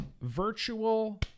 virtual